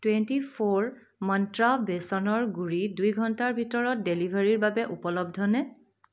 twenty four মন্ত্ৰা বেচনৰ গুড়ি দুই ঘণ্টাৰ ভিতৰত ডেলিভাৰীৰ বাবে উপলব্ধনে